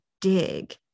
dig